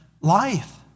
life